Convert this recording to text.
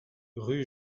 rue